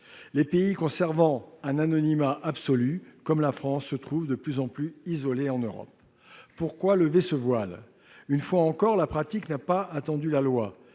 Les pays conservant un anonymat absolu, comme la France, se trouvent de plus en plus isolés en Europe. Pourquoi lever ce voile ? Une fois encore, la pratique n'a pas attendu la loi.